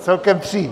Celkem tři.